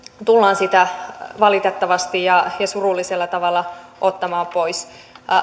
tullaan sitä valitettavasti ja surullisella tavalla ottamaan pois